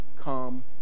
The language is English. come